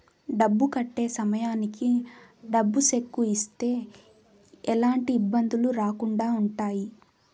డబ్బు కట్టే సమయానికి డబ్బు సెక్కు ఇస్తే ఎలాంటి ఇబ్బందులు రాకుండా ఉంటాయి